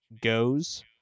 goes